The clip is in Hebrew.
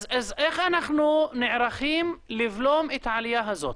איך אנחנו נערכים לבלום את העלייה הזאת?